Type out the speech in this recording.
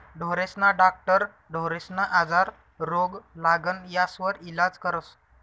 ढोरेस्ना डाक्टर ढोरेस्ना आजार, रोग, लागण यास्वर इलाज करस